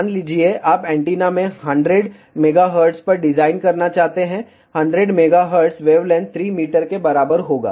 मान लीजिए आप एंटीना हमें 100 MHz पर डिजाइन करना चाहते हैं 100 MHz वेवलेंथ 3 मीटर के बराबर होगा